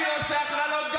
אני עושה הכללות?